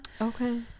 okay